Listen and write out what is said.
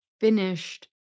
finished